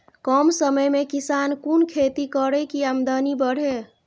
कम समय में किसान कुन खैती करै की आमदनी बढ़े?